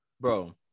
bro